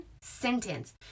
sentence